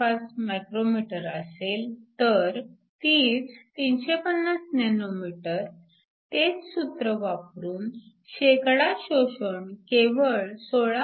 35 μm असेल तर तीच 350 nm तेच सूत्र वापरून शोषण केवळ 16